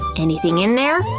anything in there?